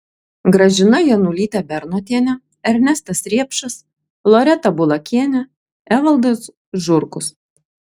gražina janulytė bernotienė ernestas riepšas loreta bulakienė evaldas žurkus